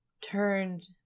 turned